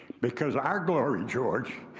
because our glory, george,